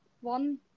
one